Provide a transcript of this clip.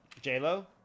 J-Lo